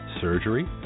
surgery